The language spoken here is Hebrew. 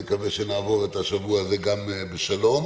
נקווה שנעבור את השבוע הזה בשלום.